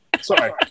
Sorry